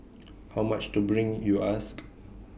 how much to bring you ask